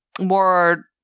more